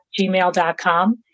gmail.com